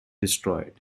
destroyed